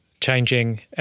changing